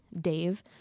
Dave